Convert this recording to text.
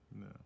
No